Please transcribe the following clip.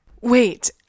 Wait